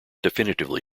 definitively